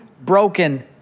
broken